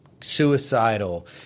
suicidal